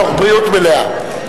תוך בריאות מלאה.